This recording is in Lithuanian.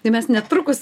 tai mes netrukus